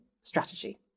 strategy